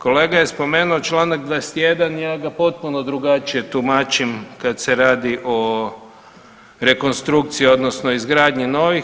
Kolega je spomenuo čl. 21 ja ga potpuno drugačije tumačim kad se radi o rekonstrukciji odnosno izgradnji novih.